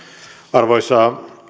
arvoisa